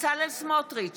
בצלאל סמוטריץ'